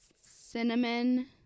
cinnamon